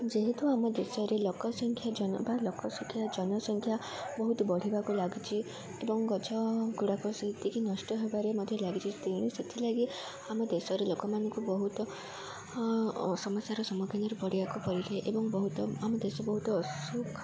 ଯେହେତୁ ଆମ ଦେଶରେ ଲୋକ ସଂଖ୍ୟା ଜନ ବା ଲୋକ ସଂଖ୍ୟାା ଜନସଂଖ୍ୟା ବହୁତ ବଢ଼ିବାକୁ ଲାଗିଛି ଏବଂ ଗଛ ଗୁଡ଼ାକ ସେତିକି ନଷ୍ଟ ହେବାରେ ମଧ୍ୟ ଲାଗିଛି ତେଣୁ ସେଥିଲାଗି ଆମ ଦେଶରେ ଲୋକମାନଙ୍କୁ ବହୁତ ସମସ୍ୟାର ସମ୍ମୁଖୀନରେ ବଢ଼ିବାକୁ ପଡ଼ିଲେ ଏବଂ ବହୁତ ଆମ ଦେଶ ବହୁତ ଅସୁଖ